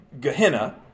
Gehenna